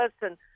person